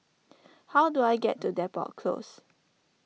how do I get to Depot Close